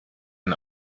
ein